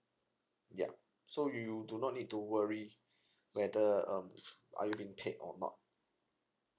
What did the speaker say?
yea so you do not need to worry whether um are you been paid or not